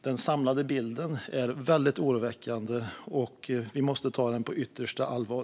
Den samlade bilden är dock väldigt oroväckande, och vi måste ta detta på yttersta allvar.